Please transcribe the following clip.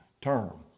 term